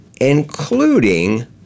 including